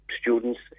students